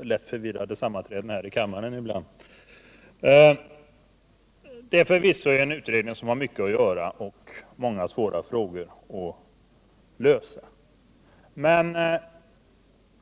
lätt förvirrade sammanträden här i kammaren ibland. Det är förvisso en utredning som har mycket att göra och många svåra frågor att lösa.